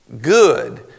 good